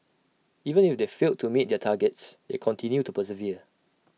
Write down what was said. even if they failed to meet their targets they continue to persevere